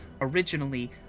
originally